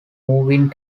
moving